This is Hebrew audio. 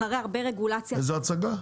אחרי הרבה רגולציה -- איזו הצגה?